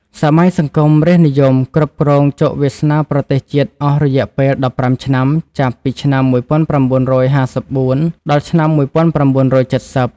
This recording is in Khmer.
សម័យសង្គមរាស្ត្រនិយម គ្រប់គ្រងជោគវាសនាប្រទេសជាតិអស់រយៈពេល ១៥ ឆ្នាំ ចាប់ពីឆ្នាំ ១៩៥៤ ដល់ឆ្នាំ ១៩៧០។